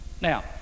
Now